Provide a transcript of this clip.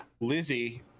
Lizzie